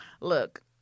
look